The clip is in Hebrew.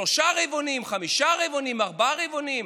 שלושה רבעונים, חמישה רבעונים, ארבעה רבעונים?